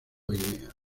guinea